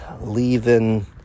leaving